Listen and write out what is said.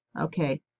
Okay